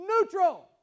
neutral